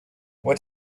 what